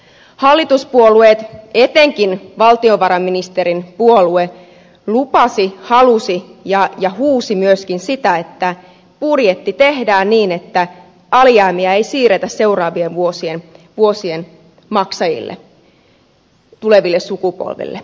hallituspuolueet etenkin valtiovarainministerin puolue lupasivat halusivat ja huusivat myöskin sitä että budjetti tehdään niin että alijäämiä ei siirretä seuraavien vuosien maksajille tuleville sukupolville